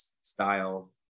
style